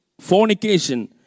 fornication